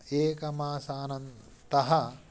एकमासानन्तरम्